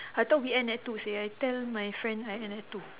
I thought we end at two seh I tell my friend I end at two